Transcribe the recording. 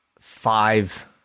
five